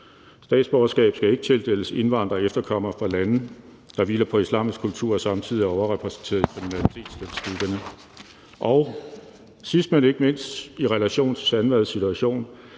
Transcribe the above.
Statsborgerskab skal ikke tildeles indvandrere og efterkommere, der kommer fra lande, der hviler på islamisk kultur, og som samtidig er overrepræsenteret i kriminalitetsstatistikkerne. Og sidst, men ikke mindst – i relation til Sandvads situation